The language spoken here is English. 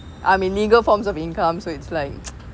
I mean legal forms of income so it's like